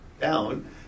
down